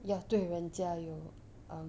要对人家有 um